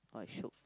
!wah! shiok